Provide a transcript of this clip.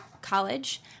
college